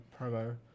promo